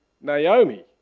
Naomi